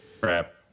crap